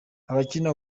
abakina